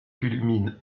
culmine